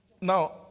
Now